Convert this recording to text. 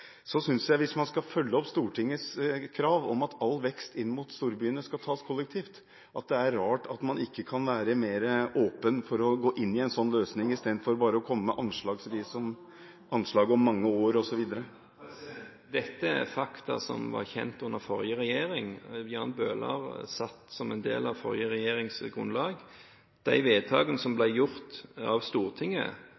jeg at det er rart – hvis man skal følge opp Stortingets krav om at all vekst i persontransporten inn mot storbyene skal tas kollektivt – at man ikke kan være mer åpen for å gå inn for en sånn løsning, i stedet for bare å komme med anslag om mange år osv. Dette er fakta som var kjente under den forrige regjeringen. Jan Bøhler satt som en del av den forrige regjeringens grunnlag. De vedtakene som